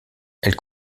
elles